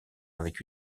avec